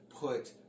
put